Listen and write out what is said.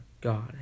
God